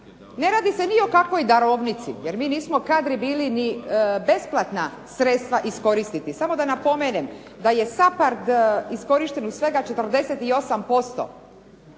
Ne radi se ni o kakvoj darovnici, jer mi nismo kadri bili ni besplatna sredstva iskoristiti. Samo da napomenem da je SAPARD iskorišten u svega 48%,